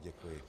Děkuji.